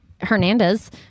Hernandez